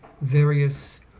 various